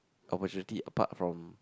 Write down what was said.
opportunity apart from